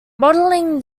modeling